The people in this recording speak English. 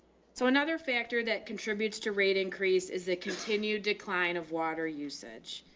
so another factor that contributes to rate increase is it continued decline of water usage.